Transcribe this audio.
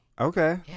Okay